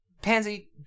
pansy